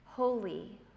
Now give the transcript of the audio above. holy